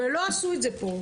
ולא עשו את זה פה.